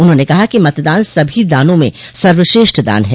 उन्होंने कहा कि मतदान सभी दाना में सर्वश्रेष्ठ दान है